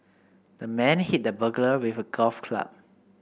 the man hit the burglar with a golf club